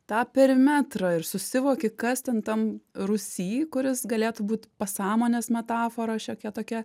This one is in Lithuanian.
tą perimetrą ir susivoki kas ten tam rūsy kuris galėtų būt pasąmonės metafora šiokia tokia